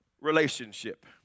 relationship